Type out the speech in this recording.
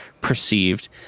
perceived